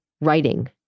writing